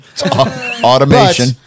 Automation